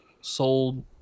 sold